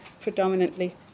predominantly